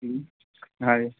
ਜੀ ਹਾਂਜੀ